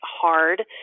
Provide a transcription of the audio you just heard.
hard